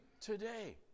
today